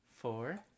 Four